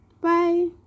Bye